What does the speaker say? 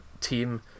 team